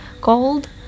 Called